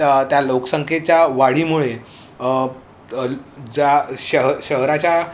त्या त्या लोकसंख्येच्या वाढीमुळे ज्या शह शहराच्या